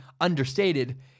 understated